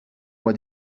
moi